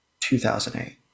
2008